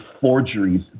forgeries